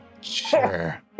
Sure